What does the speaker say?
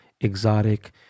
exotic